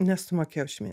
nesumokėjau šį mėne